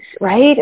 right